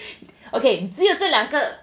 okay 只有这两个